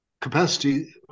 capacity